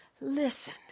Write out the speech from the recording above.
listen